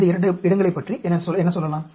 இந்த இரண்டு இடங்களைப் பற்றி என்ன சொல்லலாம்